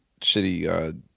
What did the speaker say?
shitty